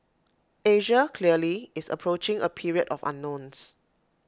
Asia clearly is approaching A period of unknowns